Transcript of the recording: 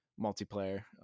multiplayer